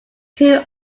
two